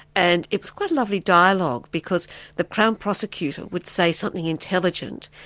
and it was quite a lovely dialogue, because the crown prosecutor would say something intelligent,